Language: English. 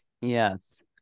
Yes